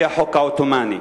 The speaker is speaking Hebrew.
לפי החוק העות'מאני,